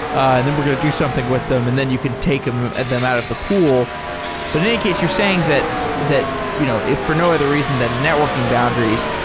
ah then we're going to do something with them and then you can take them them and out of the pool but in any case, you're saying that that you know if for no other reason than the networking boundaries,